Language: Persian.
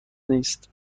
نیست